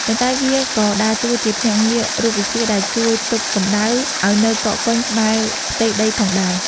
ប៉ុន្តែវាក៏ដើរតួជាភ្នាក់ងាររូបវិទ្យាដែលជួយទប់កម្ដៅឱ្យនៅកកកុញក្បែរផ្ទៃដីផងដែរ។